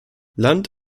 land